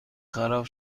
خراب